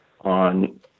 on